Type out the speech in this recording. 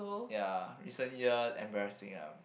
ya recent year embarrassing ah